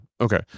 Okay